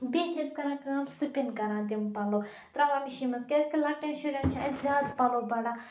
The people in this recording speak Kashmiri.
بیٚیہِ چھِ أسۍ کَران کٲم سُپِن کَران تِم پَلَو تراوان مِشیٖن مَنٛز کیازکہِ لَکٹٮ۪ن شُرٮ۪ن چھِ اَسہِ زیادٕ پَلَو بَڑان